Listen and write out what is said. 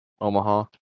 Omaha